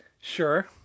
sure